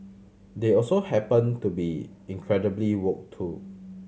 they also happen to be incredibly woke too